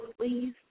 please